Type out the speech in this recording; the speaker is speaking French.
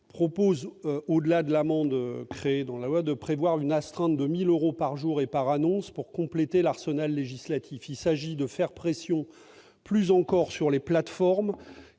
proposons, au-delà de l'amende créée par ce texte, de prévoir une astreinte de 1 000 euros par jour et par annonce pour compléter l'arsenal législatif. Il s'agit ainsi de faire encore plus pression sur les plateformes